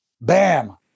Bam